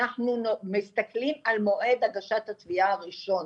אנחנו מסתכלים על מועד הגשת התביעה הראשון.